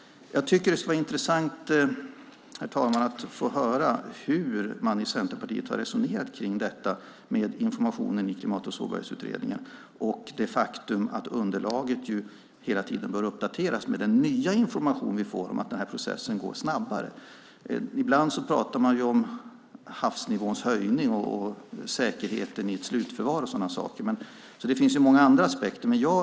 Det skulle, herr talman, vara intressant att få höra hur man i Centerpartiet har resonerat om informationen i Klimat och sårbarhetsutredningen och om det faktum att underlaget hela tiden bör uppdateras med den nya information som vi får om att den här processen nu går snabbare. Ibland pratar man om havsnivåns höjning och om säkerheten i ett slutförvar och sådana saker, så det finns många andra aspekter i sammanhanget.